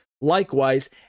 Likewise